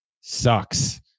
sucks